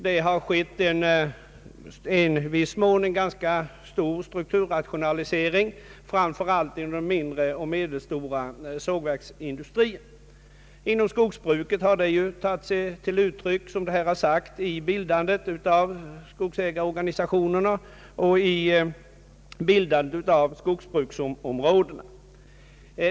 Det har fört med sig en ganska stor strukturrationalisering, framför allt inom den mindre och medelstora sågverksindustrin. Inom skogsbruket har det tagit sig uttryck, som här tidigare påpekats, i bildandet av skogsägarorganisationerna och skogsbruksområdena.